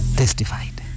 testified